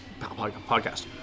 podcast